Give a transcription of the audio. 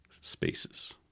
spaces